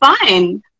fine